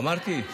אמרתי.